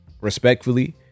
respectfully